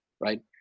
right